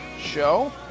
show